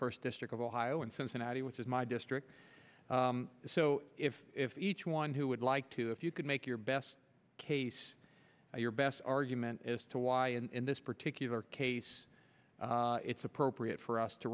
first district of ohio and cincinnati which is my district so if each one who would like to if you could make your best case your best argument as to why in this particular case it's appropriate for us to